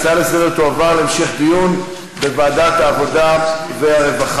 ההצעה לסדר-היום תועבר להמשך דיון בוועדת העבודה והרווחה.